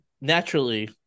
naturally